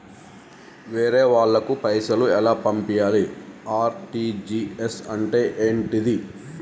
వేరే వాళ్ళకు పైసలు ఎలా పంపియ్యాలి? ఆర్.టి.జి.ఎస్ అంటే ఏంటిది?